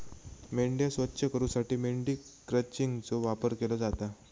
मेंढ्या स्वच्छ करूसाठी मेंढी क्रचिंगचो वापर केलो जाता